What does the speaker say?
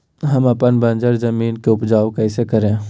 हम अपन बंजर जमीन को उपजाउ कैसे करे?